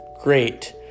great